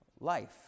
life